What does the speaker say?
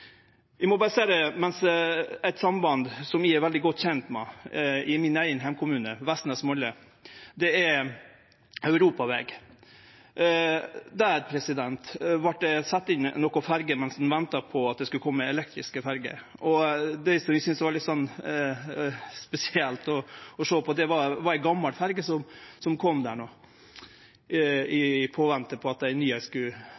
Eit samband som eg er veldig godt kjent med i min eigen heimkommune, er Vestnes–Molde. Det er ein europaveg. Der vart det sett inn nokre ferjer mens ein venta på at det skulle kome elektriske ferjer, og noko eg syntest var litt spesielt å sjå på, var ei gammal ferje som kom der mens ein venta på at ei ny skulle verte bygd og